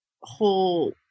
whole